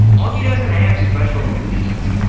auggie doesn't have special needs.